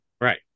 right